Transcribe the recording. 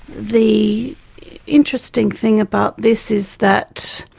the interesting thing about this is that